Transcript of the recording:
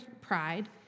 pride